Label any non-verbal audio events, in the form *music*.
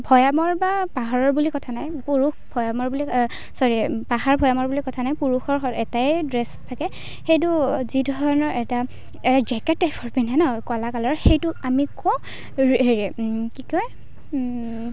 ভৈয়ামৰ বা পাহাৰৰ বুলি কথা নাই পুৰুষ ভৈয়ামৰ বুলি চ'ৰি পাহাৰ ভৈয়ামৰ বুলি কথা নাই পুৰুষৰ এটাই ড্ৰেছ থাকে সেইটো যি ধৰণৰ এটা এটা জেকেট টাইপৰ পিন্ধে ন' কলা কালাৰৰ সেইটো আমি কওঁ *unintelligible* হেৰি কি কয়